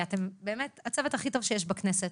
אתם באמת הצוות הפרלמנטרי הכי טוב שיש בכנסת.